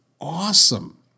awesome